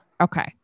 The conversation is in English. Okay